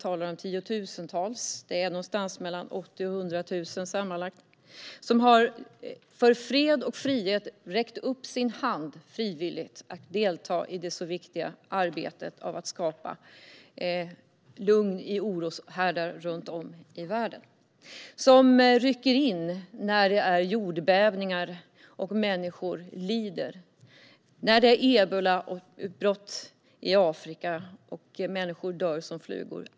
Vi talar om tiotusentals personer, mellan 80 000 och 100 000 sammanlagt, som för fred och frihet har räckt upp sin hand för att frivilligt delta i det så viktiga arbetet med att skapa lugn i oroshärdar runt om i världen. De har ryckt in när det varit jordbävningar och människor lidit, när det har varit ebolautbrott i Afrika och människor har dött som flugor.